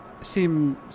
seem